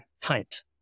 tight